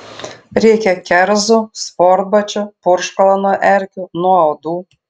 reikia kerzų sportbačių purškalo nuo erkių nuo uodų